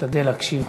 ונשתדל להקשיב.